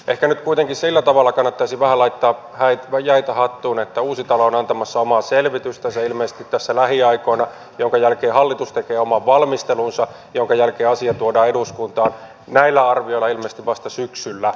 ehkä nyt kuitenkin sillä tavalla kannattaisi vähän laittaa jäitä hattuun että uusitalo on antamassa omaa selvitystänsä ilmeisesti tässä lähiaikoina minkä jälkeen hallitus tekee oman valmistelunsa jonka jälkeen asia tuodaan eduskuntaan näillä arvioilla ilmeisesti vasta syksyllä